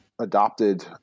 adopted